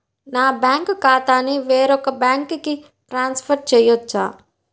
నా బ్యాంక్ ఖాతాని వేరొక బ్యాంక్కి ట్రాన్స్ఫర్ చేయొచ్చా?